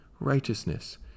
righteousness